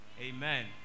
amen